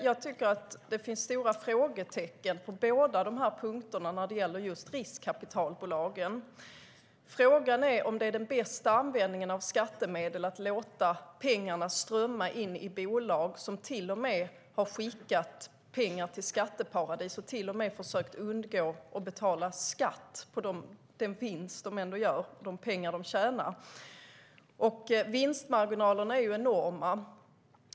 Jag tycker att det finns stora frågetecken på båda dessa punkter när det gäller just riskkapitalbolagen. Frågan är om det bästa sättet att använda skattemedel är att låta pengarna strömma in i bolag som till och med har fört över pengar till skatteparadis och också försökt undvika att betala skatt på den vinst de gör. Vinstmarginalerna är enorma.